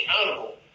accountable